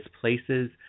places